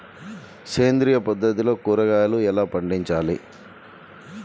సేంద్రియ పద్ధతిలో కూరగాయలు ఎలా పండించాలి?